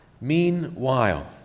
meanwhile